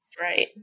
Right